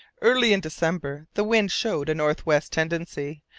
early in december the wind showed a north-west tendency,